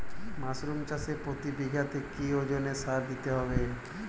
Mushroom চাষে প্রতি বিঘাতে কি ওজনে সার দিতে হবে?